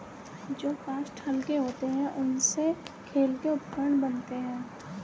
जो काष्ठ हल्के होते हैं, उनसे खेल के उपकरण बनते हैं